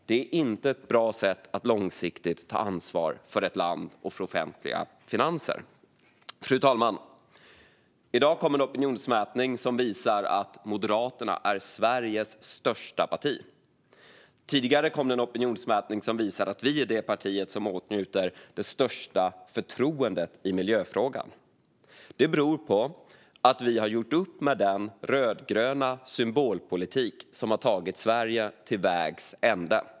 Det är inte ett bra sätt att långsiktigt ta ansvar för ett land och för offentliga finanser. Fru talman! I dag kom en opinionsmätning som visar att Moderaterna är Sveriges största parti. Tidigare kom en opinionsmätning som visar att vi är det parti som åtnjuter det största förtroendet i miljöfrågan. Det beror på att vi har gjort upp med den rödgröna symbolpolitik som har tagit Sverige till vägs ände.